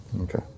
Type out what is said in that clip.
Okay